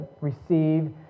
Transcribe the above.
receive